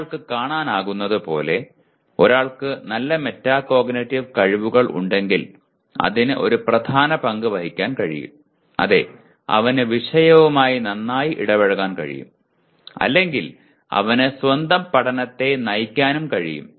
ഒരാൾക്ക് കാണാനാകുന്നതുപോലെ ഒരാൾക്ക് നല്ല മെറ്റാകോഗ്നിറ്റീവ് കഴിവുകൾ ഉണ്ടെങ്കിൽ അതിന് ഒരു പ്രധാന പങ്ക് വഹിക്കാൻ കഴിയും അതെ അവന് വിഷയവുമായി നന്നായി ഇടപഴകാൻ കഴിയും അല്ലെങ്കിൽ അവന് സ്വന്തം പഠനത്തെ നയിക്കാനും കഴിയും